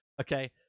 okay